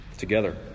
together